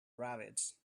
rabbits